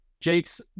Jake's